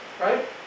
right